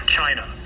China